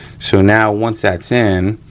so now, once that's in,